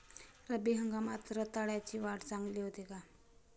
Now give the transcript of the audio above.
रब्बी हंगामात रताळ्याची वाढ चांगली होते का?